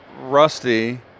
Rusty